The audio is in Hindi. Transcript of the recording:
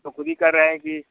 हम ख़ुद ही कह रहे हैं कि